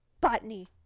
Botany